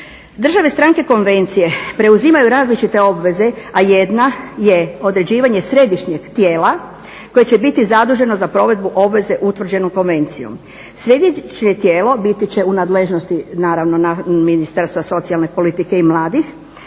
Države stranke konvencije preuzimaju različite obveze, a jedna je određivanje središnjeg tijela koje će biti zaduženo za provedbu obveze utvrđenu konvencijom. Središnje tijelo biti će u nadležnosti naravno Ministarstva socijalne politike i mladih.